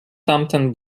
tamten